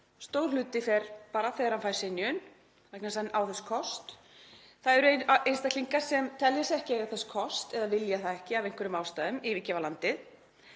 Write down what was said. stór hluti fer bara þegar hann fær synjun, vegna þess að hann á þess kost, það eru einstaklingar sem telja sig ekki eiga þess kost eða vilja það ekki af einhverjum ástæðum, yfirgefa landið